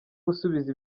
gusubiza